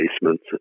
basements